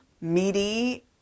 meaty